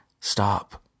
stop